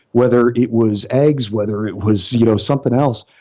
whether it was eggs, whether it was you know something else,